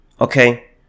Okay